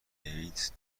ایدز